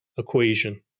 equation